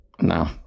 no